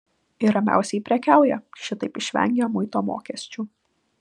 ir ramiausiai prekiauja šitaip išvengę muito mokesčių